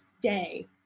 day